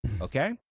Okay